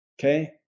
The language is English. okay